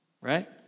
right